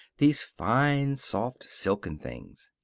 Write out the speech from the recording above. these fine, soft, silken things.